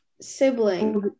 sibling